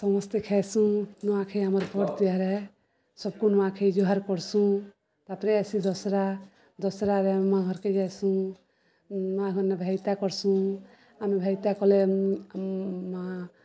ସମସ୍ତେ ଖାଏସୁଁ ନୂଆଖାଇ ଆମର୍ ବଡ଼ ତିହାର୍ ଆଏ ସବ୍କୁ ନୂଆଖାଇ ଜୁହାର୍ କର୍ସୁଁ ତା'ପରେ ଆଏସି ଦଶ୍ରା ଦଶ୍ରାରେ ଆମେ ମାଆ ଘର୍କେ ଯାଏସୁଁ ମାଆ ଘର୍ନେ ଭାଇଜିଉଁତା କର୍ସୁଁ ଆମେ ଭାଇଜିଉଁତା କଲେ